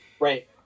right